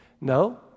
No